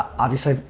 obviously,